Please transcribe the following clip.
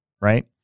right